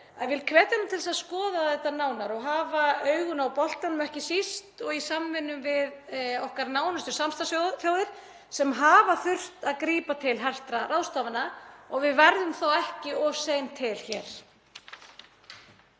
sem hún sinnir, til að skoða þetta nánar og hafa augun á boltanum, ekki síst í samvinnu við okkar nánustu samstarfsþjóðir sem hafa þurft að grípa til hertra ráðstafana, þannig að við verðum þá ekki of sein til hér.